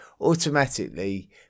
automatically